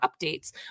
updates